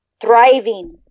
thriving